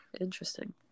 Interesting